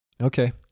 Okay